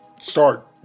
start